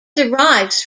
derives